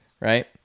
right